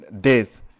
death